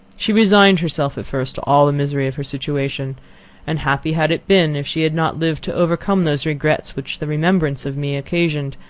she resigned herself at first to all the misery of her situation and happy had it been if she had not lived to overcome those regrets which the remembrance of me occasioned.